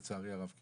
לצערי הרב.